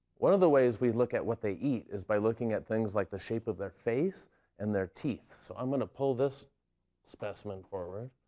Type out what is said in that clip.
one of the ways we look at what they eat is by looking at things like the shape of their face and their teeth. so, i'm going to pull this specimen forward.